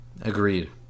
agreed